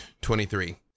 Twenty-three